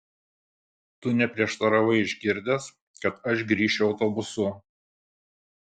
tu neprieštaravai išgirdęs kad aš grįšiu autobusu